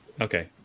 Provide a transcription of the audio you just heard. Okay